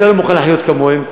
אתה לא מוכן לחיות כמוהם,